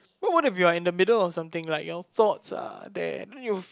no what if you're in a middle of something right your thoughts are there then you